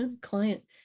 client